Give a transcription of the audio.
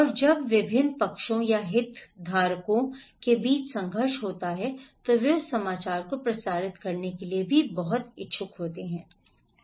और जब विभिन्न पक्षों या हितधारकों के बीच संघर्ष होता है तो वे उस समाचार को प्रसारित करने के लिए भी बहुत इच्छुक होते हैं